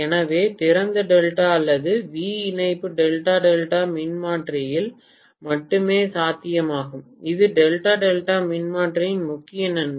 எனவே திறந்த டெல்டா அல்லது வி இணைப்பு டெல்டா டெல்டா மின்மாற்றியில் மட்டுமே சாத்தியமாகும் இது டெல்டா டெல்டா மின்மாற்றியின் முக்கிய நன்மை